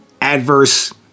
adverse